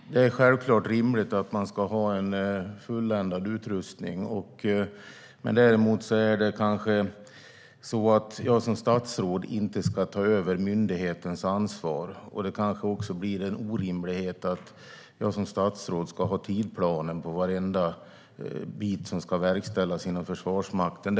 Herr talman! Det är självklart rimligt att man ska ha fulländad utrustning. Däremot ska jag som statsråd kanske inte ta över myndighetens ansvar. Det kanske också är orimligt att jag som statsråd ska ha tidsplanen för varenda bit som ska verkställas inom Försvarsmakten.